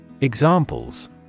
Examples